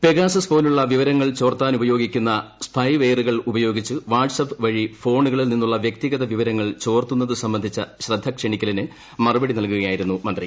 Pegasus പോലുള്ള വിവരങ്ങൾ ചോർത്താനുപയോഗിക്കുന്ന സ്പൈവെയറുകൾ ഉപയോഗിച്ച് വാട്സ് വഴി ഫോണുകളിൽ നിന്നുള്ള വ്യക്തിഗത വിവരങ്ങൾ ആപ്പ് ചോർത്തുന്നതു സംബന്ധിച്ച ശ്രദ്ധക്ഷണിക്കലിന് മറുപടി നൽകുകയായിരുന്നു മന്ത്രി